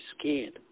scared